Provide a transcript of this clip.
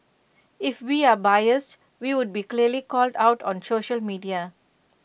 if we are biased we would be clearly called out on social media